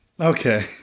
Okay